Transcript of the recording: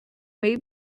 may